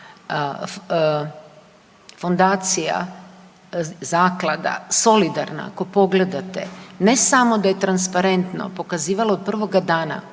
fondacija, Zaklada „Solidarna“ ako pogledate ne samo da je transparentno pokazivalo od prvoga dana